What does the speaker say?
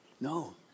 no